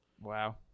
Wow